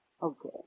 Okay